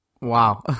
Wow